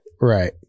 Right